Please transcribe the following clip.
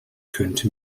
könnte